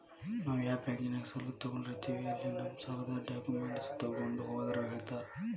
ನಾವ್ ಯಾ ಬಾಂಕ್ನ್ಯಾಗ ಸಾಲ ತೊಗೊಂಡಿರ್ತೇವಿ ಅಲ್ಲಿ ನಮ್ ಸಾಲದ್ ಡಾಕ್ಯುಮೆಂಟ್ಸ್ ತೊಗೊಂಡ್ ಹೋದ್ರ ಹೇಳ್ತಾರಾ